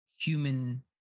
human